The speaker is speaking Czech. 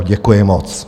Děkuji moc.